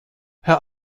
herr